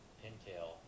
pintail